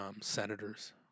senators